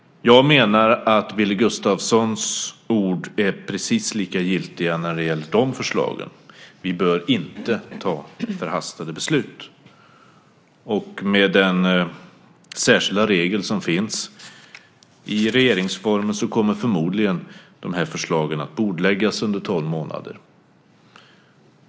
Jag menar att Billy Gustafssons ord är precis lika giltiga när det gäller de förslagen. Vi bör inte ta förhastade beslut, och med den särskilda regel som finns i regeringsformen kommer de här förslagen förmodligen att bordläggas under tolv månader.